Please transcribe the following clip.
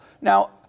Now